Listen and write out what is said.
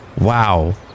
Wow